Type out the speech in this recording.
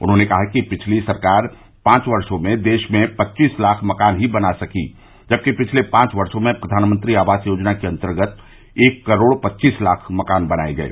उन्होंने कहा कि पिछली सरकार पांच वर्षो में देश में पच्चीस लाख मकान ही बना सकी थी जबकि पिछले पांच वर्षो में प्रधानमंत्री आवास योजना के अंतर्गत एक करोड़ पच्चीस लाख मकान बनाये गये